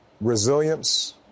resilience